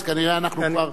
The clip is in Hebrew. אז כנראה אנחנו כבר,